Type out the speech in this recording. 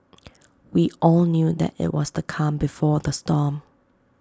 we all knew that IT was the calm before the storm